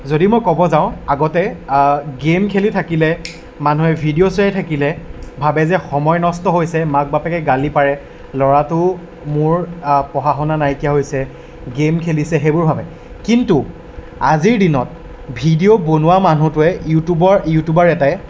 যদি মই ক'ব যাওঁ আগতে গেম খেলি থাকিলে মানুহে ভিডিঅ' চাই থাকিলে ভাবে যে সময় নষ্ট হৈছে মাক বাপেকে গালি পাৰে ল'ৰাটো মোৰ পঢ়া শুনা নাইকিয়া হৈছে গেম খেলিছে সেইবোৰ ভাবে কিন্তু আজিৰ দিনত ভিডিঅ' বনোৱা মানুহটোৱে ইউটিউবৰ ইউটিউবাৰ এটাই